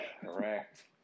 Correct